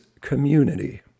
Community